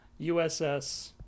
USS